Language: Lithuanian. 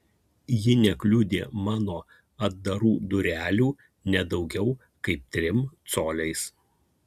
ji nekliudė mano atdarų durelių ne daugiau kaip trim coliais